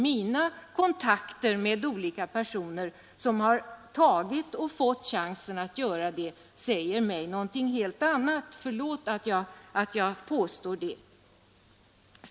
Min kontakter med olika personer som har fått chansen att göra det säger mig någonting helt annat — förlåt att jag påstår det.